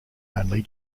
only